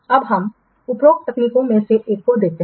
अब हम इन उपरोक्त तकनीकों में से एक को देखते हैं